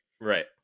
Right